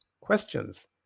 questions